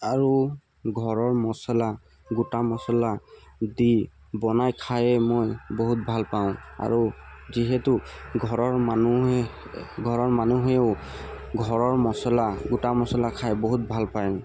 আৰু ঘৰৰ মচলা গোটা মচলা দি বনাই খায়েই মই বহুত ভাল পাওঁ আৰু যিহেতু ঘৰৰ মানুহে ঘৰৰ মানুহেও ঘৰৰ মচলা গোটা মচলা খাই বহুত ভাল পায়